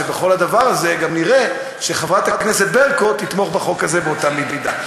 שבכל הדבר הזה גם נראה שחברת הכנסת ברקו תומכת בחוק הזה באותה מידה.